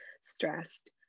stressed